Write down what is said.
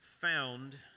found